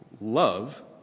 love